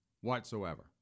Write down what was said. whatsoever